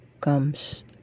comes